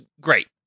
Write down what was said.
great